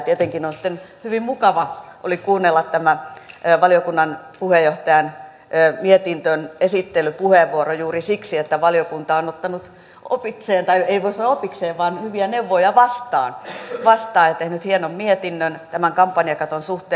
tietenkin oli sitten hyvin mukava kuunnella tämä valiokunnan puheenjohtajan mietinnön esittelypuheenvuoro juuri siksi että valiokunta on ottanut opikseen tai ei voi sanoa opikseen vaan hyviä neuvoja vastaan ja tehnyt hienon mietinnön tämän kampanjakaton suhteen